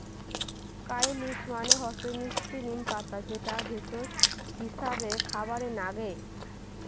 কারী leaves মানে হসে মিস্টি নিম পাতা যেটা ভেষজ হিছাবে খাবারে নাগে